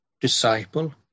disciple